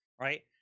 Right